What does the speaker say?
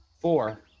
Four